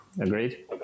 Agreed